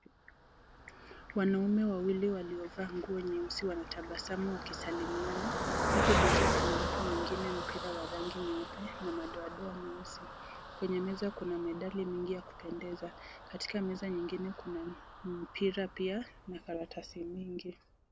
Wanaume wawili waliovaa nguo nyeusi wanatabasamu wakisalimiana huku mmoja anampa mwingine mpira wa rangi nyeupe na madoadoa meusi. Kwenye meza kuna medali mingi ya kupendeza. Katika meza nyingine kuna mpira pia na karatasi nyingi.